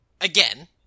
Again